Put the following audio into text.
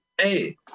Hey